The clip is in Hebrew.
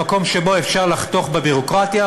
במקום שבו אפשר לחתוך בביורוקרטיה,